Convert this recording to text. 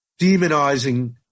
demonizing